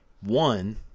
One